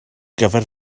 gyfer